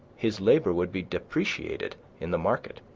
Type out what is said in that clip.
his labor would be depreciated in the market.